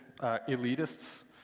elitists